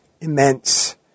immense